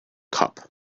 cup